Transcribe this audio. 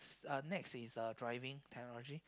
uh next is uh driving technology